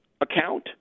account